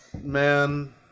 man